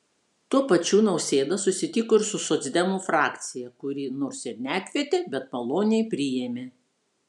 tuo pačiu nausėda susitiko ir su socdemų frakcija kuri nors ir nekvietė bet maloniai priėmė